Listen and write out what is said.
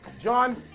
John